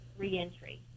reentry